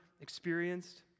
experienced